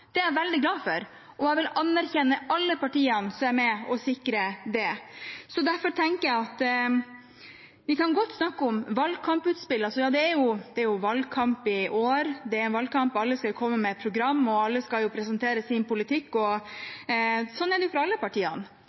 Det er jeg veldig glad for, og jeg vil anerkjenne alle partiene som er med på å sikre det. Vi kan godt snakke om valgkamputspill. Det er jo valgkamp i år. Alle skal komme med et program, og alle skal presentere sin politikk. Sånn er det for alle partiene.